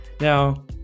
Now